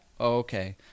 Okay